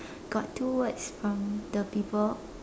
got two words from the people